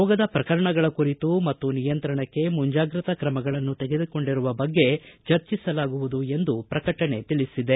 ರೋಗದ ಪ್ರಕರಣಗಳ ಕುರಿತು ಮತ್ತು ನಿಯಂತ್ರಣಕ್ಕೆ ಮುಂಜಾಗ್ರತಾ ಕ್ರಮಗಳನ್ನು ತೆಗೆದುಕೊಂಡಿರುವ ಬಗ್ಗೆ ಚರ್ಚಿಸಲಾಗುವುದು ಎಂದು ಪ್ರಕಟಣೆ ತಿಳಿಸಿದೆ